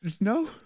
No